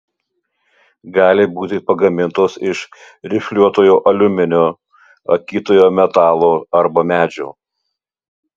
gali būti pagamintos iš rifliuotojo aliuminio akytojo metalo arba medžio